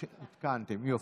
עדכנתם, יופי.